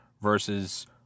versus